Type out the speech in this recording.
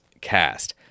cast